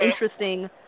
interesting